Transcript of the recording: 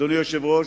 אדוני היושב-ראש,